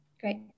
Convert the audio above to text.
Great